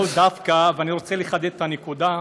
ואני רוצה לחדד את הנקודה,